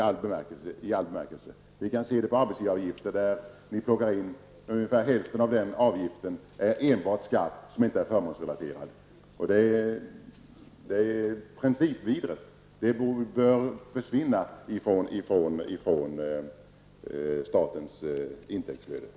Hälften av exempelvis arbetsgivaravgiften är enbart skatt som inte är förmånsrelaterad. Det är principvidrigt och något som bör försvinna från statens intäkter.